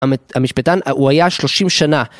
המשפטן הוא היה שלושים שנה